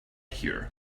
here